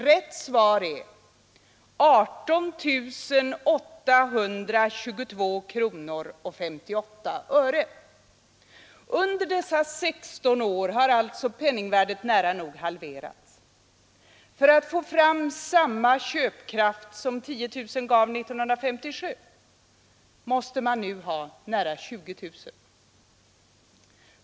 Rätt svar är: 18 822 kronor 58 öre. Under dessa sexton år har alltså penningvärdet nära nog halverats. För att få fram samma köpkraft som 10 000 kronor gav 1957 måste man nu ha nära 20 000 kronor.